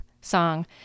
song